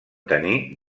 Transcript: tenir